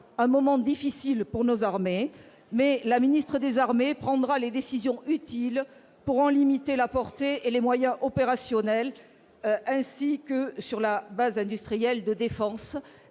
un moment difficile pour nos armées, mais la ministre des armées, prendra les décisions utiles pour en limiter la portée et les moyens opérationnels, ainsi que sur la base industrielle de défense,